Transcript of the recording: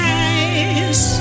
eyes